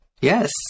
Yes